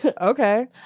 Okay